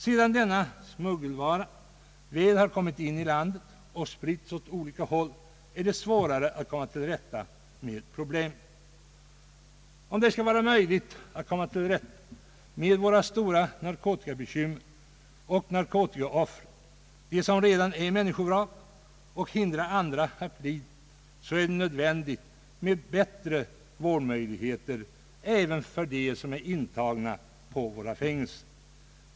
Sedan denna smuggelvara väl har kommit in i landet och spritts åt olika håll är det svårare att komma till rätta med problemen. Om det skall vara möjligt att bemästra våra stora narkotikabekymmer och ta hand om narkotikaoffren — de som redan är människovrak — och hindra andra att bli det, är det nödvändigt med bättre vårdmöjligheter även för dem som är intagna på våra fängelser.